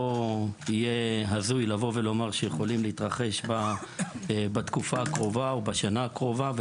יהיה הזוי לבוא ולומר שהם יכולים להתרחש בתקופה הקרובה או בשנה הקרובה.